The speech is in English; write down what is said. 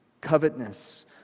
covetousness